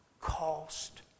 cost